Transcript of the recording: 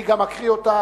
אני גם אקריא אותה,